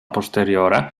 posteriore